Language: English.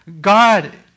God